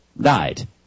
died